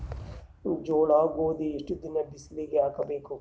ಜೋಳ ಗೋಧಿ ಎಷ್ಟ ದಿನ ಬಿಸಿಲಿಗೆ ಹಾಕ್ಬೇಕು?